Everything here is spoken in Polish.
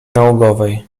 naukowej